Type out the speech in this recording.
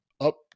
up